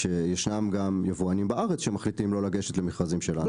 שיש גם יבואנים בארץ שמחליטים לא לגשת למכרזים שלנו.